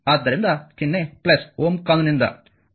ಆದ್ದರಿಂದ ಚಿಹ್ನೆ ಓಮ್ನ ಕಾನೂನಿನಿಂದ